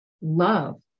love